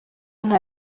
nta